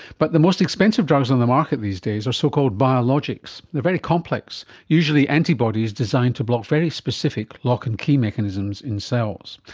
but the most expensive drugs on the market these days are so-called biologics, they are very complex, usually antibodies designed to block very specific lock and key mechanisms in cells.